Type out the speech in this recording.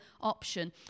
option